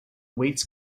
weights